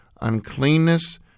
uncleanness